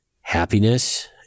happiness